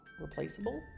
replaceable